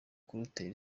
kurutera